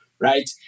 right